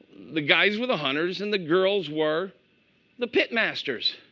the guys were the hunters. and the girls were the pit masters.